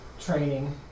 training